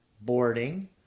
boarding